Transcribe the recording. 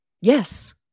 yes